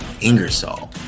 Ingersoll